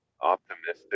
optimistic